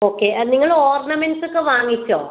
okay ആ നിങ്ങൾ ornaments ഒക്കെ വാങ്ങിച്ചോ